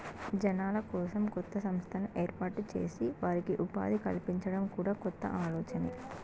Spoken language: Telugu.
జనాల కోసం కొత్త సంస్థను ఏర్పాటు చేసి వారికి ఉపాధి కల్పించడం కూడా కొత్త ఆలోచనే